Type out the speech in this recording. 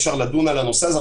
אפשר לדון על הנושא הזה,